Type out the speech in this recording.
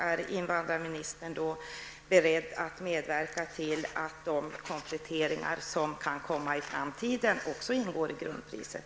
Är invandrarministern då beredd att medverka till att de kompletteringar som kan komma i framtiden också ingår i grundpriset?